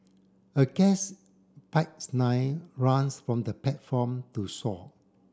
a gas pipes line runs from the platform to shore